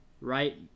right